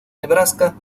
nebraska